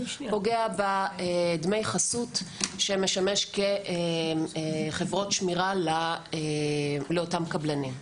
זה פוגע בדמי החסות שמשמש כחברות שמירה לאותם קבלנים.